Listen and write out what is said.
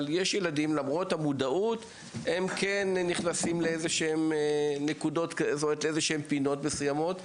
אבל יש ילדים שלמרות המודעות הם כן נכנסים לפינות מסוימות.